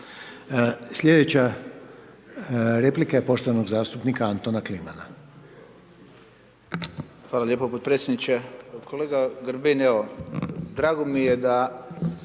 Slijedeća replika je poštovanog zastupnika Antona Klimana. **Kliman, Anton (HDZ)** Hvala lijepo podpredsjedniče. Kolega Grbin, evo, drago mi je da